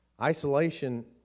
Isolation